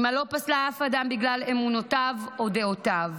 אימא לא פסלה אף אדם בגלל אמונותיו או דעותיו,